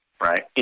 right